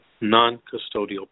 non-custodial